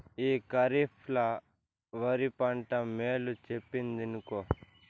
ఈ కరీఫ్ ల ఒరి పంట మేలు చెప్పిందినుకో